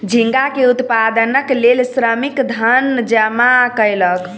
झींगा के उत्पादनक लेल श्रमिक धन जमा कयलक